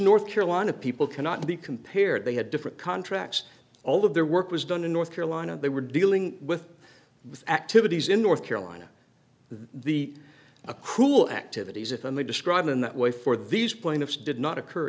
north carolina people cannot be compared they had different contracts all of their work was done in north carolina they were dealing with the activities in north carolina the a cruel activities it and they described in that way for these plaintiffs did not occur